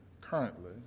currently